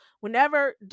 whenever